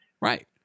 Right